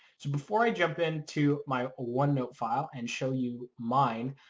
so before i jump into my one note file and show you mine,